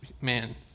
man